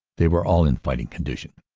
they were all in fighting condition.